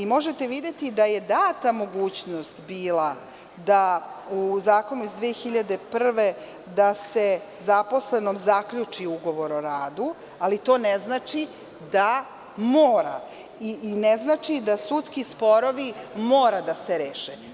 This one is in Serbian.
Možete videti da je bila data mogućnost u Zakonu iz 2001. godine da se zaposlenom zaključi ugovor o radu, ali to ne znači da mora i ne znači da sudski sporovi mora da se reše.